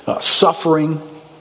suffering